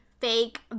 fake